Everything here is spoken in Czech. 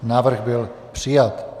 Návrh byl přijat.